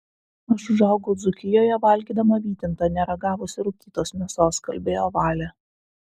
aš užaugau dzūkijoje valgydama vytintą neragavusi rūkytos mėsos kalbėjo valė